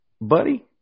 buddy